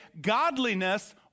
Godliness